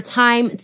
time